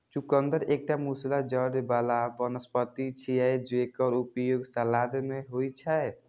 चुकंदर एकटा मूसला जड़ बला वनस्पति छियै, जेकर उपयोग सलाद मे होइ छै